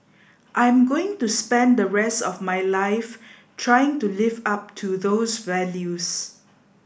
I'm going to spend the rest of my life trying to live up to those values